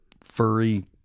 furry